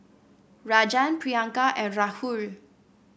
Rajan Priyanka and Rahul